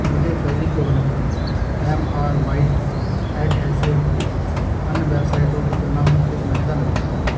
मुझे Fevicol M R white adhesive अन्य वेबसाइटों की तुलना में अधिक महँगा लगता है